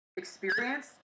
experience